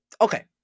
Okay